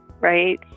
right